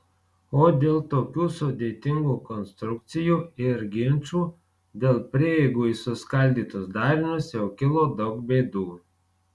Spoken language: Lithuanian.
o dėl tokių sudėtingų konstrukcijų ir ginčų dėl prieigų į suskaldytus darinius jau kilo daug bėdų